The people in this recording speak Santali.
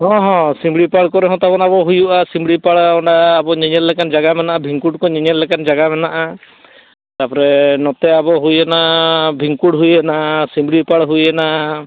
ᱦᱮᱸ ᱦᱮᱸ ᱥᱤᱢᱲᱤᱯᱟᱲ ᱠᱚᱨᱮ ᱦᱚᱸ ᱛᱟᱵᱚᱱ ᱦᱩᱭᱩᱜᱼᱟ ᱥᱤᱢᱲᱤᱯᱟᱲ ᱟᱵᱚ ᱚᱸᱰᱮ ᱧᱮᱼᱧᱮᱞ ᱞᱮᱠᱟᱱ ᱡᱟᱭᱜᱟ ᱢᱮᱱᱟᱜᱼᱟ ᱰᱷᱤᱝᱠᱩᱴ ᱠᱚᱠᱚ ᱧᱮᱼᱧᱮᱞ ᱞᱮᱠᱟᱱ ᱡᱟᱭᱜᱟ ᱢᱮᱱᱟᱜᱼᱟ ᱛᱟᱨᱯᱚᱨᱮ ᱱᱚᱛᱮ ᱟᱵᱚ ᱦᱩᱭᱱᱟ ᱰᱷᱤᱝᱠᱩᱲ ᱦᱩᱭᱱᱟ ᱥᱤᱢᱲᱤᱯᱟᱲ ᱦᱩᱭᱱᱟ